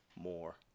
more